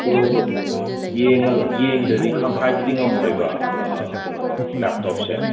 ꯑꯗꯣ ꯌꯦꯡꯉ ꯌꯦꯡꯗꯔꯗꯤ ꯍꯥꯏꯕꯗꯤ ꯉꯝꯃꯣꯏꯕ ꯀꯩꯅꯣꯗꯣ ꯂꯦꯞꯇꯣꯞꯁꯦ ꯑꯗꯣ